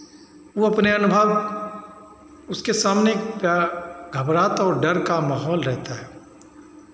वो अपने अनुभव उसके सामने का घबराहट और डर का माहौल रहता है